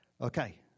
Okay